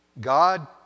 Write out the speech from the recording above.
God